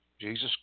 Jesus